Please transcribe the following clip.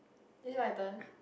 this is my turn